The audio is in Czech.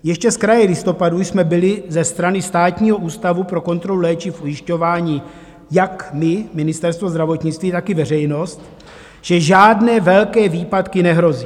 Ještě zkraje listopadu jsme byli ze strany Státního ústavu pro kontrolu léčiv ujišťováni jak my, Ministerstvo zdravotnictví, tak i veřejnost, že žádné velké výpadky nehrozí.